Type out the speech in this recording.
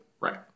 Right